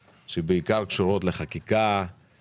אבל יש לפנינו משימות מרובות שבעיקר קשורות לחקיקה חברתית